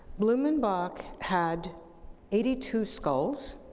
blumenbach had eighty two skulls